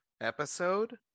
episode